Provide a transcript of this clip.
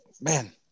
man